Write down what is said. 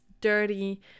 dirty